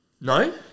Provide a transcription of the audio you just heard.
No